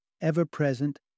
ever-present